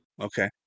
Okay